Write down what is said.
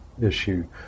issue